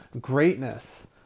greatness